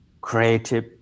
creative